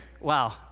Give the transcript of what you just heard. Wow